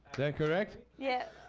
that correct? yeah.